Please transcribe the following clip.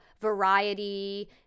Variety